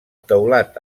teulat